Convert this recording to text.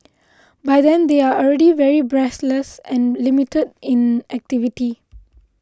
by then they are already very breathless and limited in activity